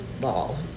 ball